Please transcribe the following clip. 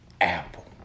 Apple